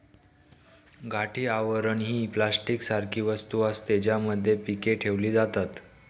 गाठी आवरण ही प्लास्टिक सारखी वस्तू असते, ज्यामध्ये पीके ठेवली जातात